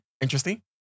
interesting